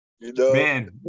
man